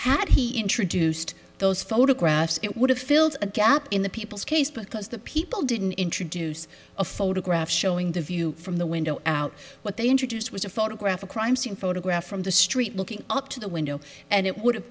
had he introduced those photographs it would have filled a gap in the people's case because the people didn't introduce a photograph showing the view from the window out what they introduced was a photograph a crime scene photographs from the street looking up to the window and it would have